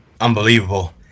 unbelievable